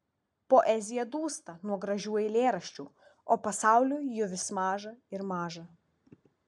poezija dūsta nuo gražių eilėraščių o pasauliui jų vis maža ir maža